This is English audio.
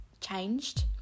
changed